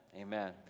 Amen